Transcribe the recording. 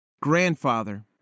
grandfather